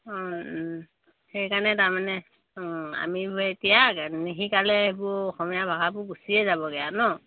সেইকাৰণে তাৰমানে আমিবোৰে এতিয়া নিশিকালে এইবোৰ অসমীয়া ভাষাবোৰ গুচিয়ে যাবগে আৰু ন